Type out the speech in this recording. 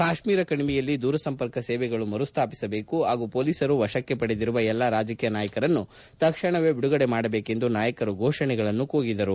ಕಾಶ್ಮೀರ ಕಣಿವೆಯಲ್ಲಿ ದೂರಸಂಪರ್ಕ ಸೇವೆಗಳು ಮರು ಸ್ಟಾಪಿಸಬೇಕು ಪಾಗೂ ಮೊಲೀಸರು ವಶಕ್ಕೆ ಪಡೆದಿರುವ ಎಲ್ಲ ರಾಜಕೀಯ ನಾಯಕರನ್ನು ತಕ್ಷಣವೇ ಬಿಡುಗಡೆ ಮಾಡಬೇಕೆಂದು ನಾಯಕರು ಘೋಷಣೆಗಳನ್ನು ಕೂಗಿದರು